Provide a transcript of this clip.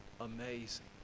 Amazing